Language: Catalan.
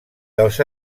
dels